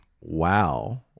Wow